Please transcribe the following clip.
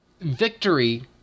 victory